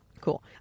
Cool